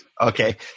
Okay